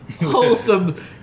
wholesome